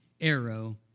arrow